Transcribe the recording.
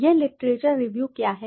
यह लिटरेचर रिव्यूक्या है